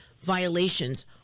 violations